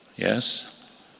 Yes